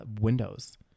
windows